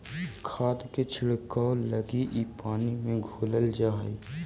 खाद के छिड़काव लगी इ पानी में घोरल जा हई